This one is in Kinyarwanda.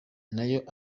n’ayo